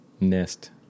nest